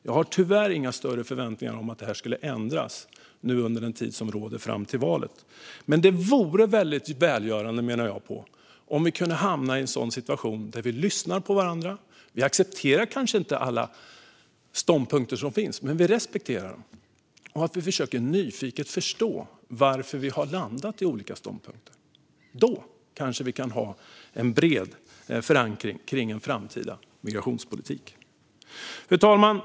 Jag har tyvärr inga större förväntningar om att detta skulle ändras under tiden fram till valet, men jag menar att det vore väldigt välgörande om vi kunde hamna i en situation där vi lyssnar på varandra. I en situation där vi kanske inte accepterar men respekterar alla ståndpunkter som finns och där vi försöker att nyfiket förstå varför vi har landat i olika ståndpunkter - där kanske vi kan finna en bred förankring kring en framtida migrationspolitik. Fru talman!